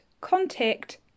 contact